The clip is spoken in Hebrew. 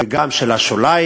גם של השוליים,